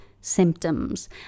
symptoms